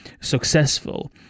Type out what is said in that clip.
successful